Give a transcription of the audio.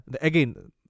again